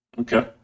Okay